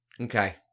Okay